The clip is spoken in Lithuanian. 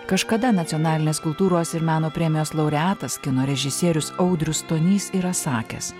kažkada nacionalinės kultūros ir meno premijos laureatas kino režisierius audrius stonys yra sakęs